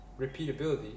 repeatability